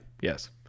Yes